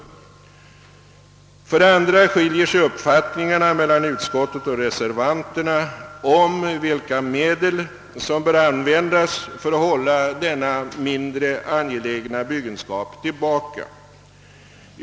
För det andra skiljer sig utskottsmajoritetens och reservanternas uppfattning om vilka medel som bör användas för att hålla den mindre angelägna byggenskapen tillbaka.